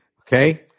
Okay